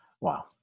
Wow